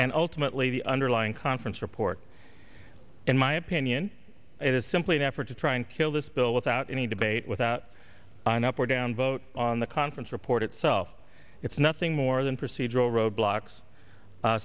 and ultimately the underlying conference report in my opinion it is simply an effort to try and kill this bill without any debate without an up or down vote on the conference report itself it's nothing more than procedural roadblocks